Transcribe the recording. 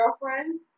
girlfriend